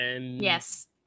Yes